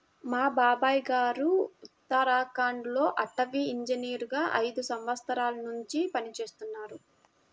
మా బాబాయ్ గారు ఉత్తరాఖండ్ లో అటవీ ఇంజనీరుగా ఐదు సంవత్సరాల్నుంచి పనిజేత్తన్నారు